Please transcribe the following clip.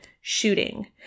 shooting